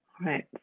right